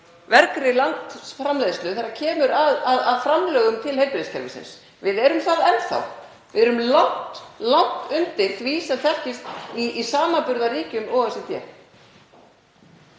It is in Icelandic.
vergri landsframleiðslu þegar kemur að framlögum til heilbrigðiskerfisins. Við erum það enn þá. Við erum langt undir því sem þekkist í samanburðarríkjum OECD. Það er